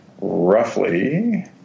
roughly –